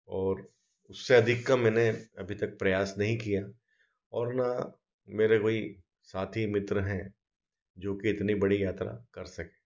और उससे अधिक का मैने अभी तक प्रयास नहीं किया और न मेरे कोई साथी मित्र हैं जो कि इतनी बड़ी यात्रा कर सकें